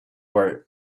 were